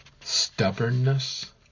Stubbornness